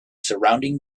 surrounding